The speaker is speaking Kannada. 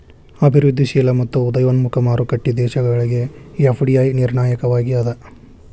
ಅಭಿವೃದ್ಧಿಶೇಲ ಮತ್ತ ಉದಯೋನ್ಮುಖ ಮಾರುಕಟ್ಟಿ ದೇಶಗಳಿಗೆ ಎಫ್.ಡಿ.ಐ ನಿರ್ಣಾಯಕವಾಗಿ ಅದ